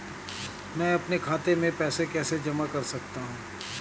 मैं अपने खाते में पैसे कैसे जमा कर सकता हूँ?